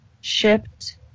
shipped